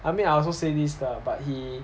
I mean I also say this lah but he